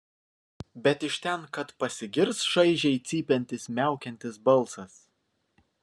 bet iš ten kad pasigirs šaižiai cypiantis miaukiantis balsas